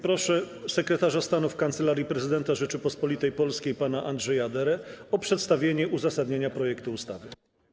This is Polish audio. Proszę sekretarza stanu w Kancelarii Prezydenta Rzeczypospolitej Polskiej pana Andrzeja Derę o przedstawienie uzasadnienia projektu ustawy.